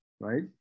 right